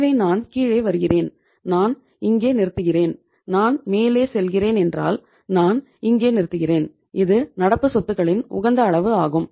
எனவே நான் கீழே வருகிறேன் நான் இங்கே நிறுத்துகிறேன் நான் மேலே செல்கிறேன் என்றால் நான் இங்கே நிறுத்துகிறேன் இது நடப்பு சொத்துகளின் உகந்த அளவு ஆகும்